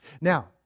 Now